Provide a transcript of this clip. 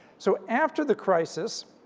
so after the crisis,